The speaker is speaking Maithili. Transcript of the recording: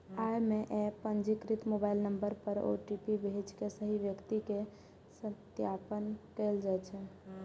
अय मे एप पंजीकृत मोबाइल नंबर पर ओ.टी.पी भेज के सही व्यक्ति के सत्यापन कैल जाइ छै